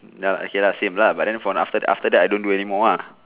now okay lah same lah but then for after that after that I don't do anymore lah